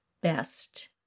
best